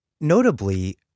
Notably